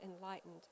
enlightened